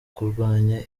kurwanya